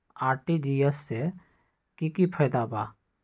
RTGS से की की फायदा बा?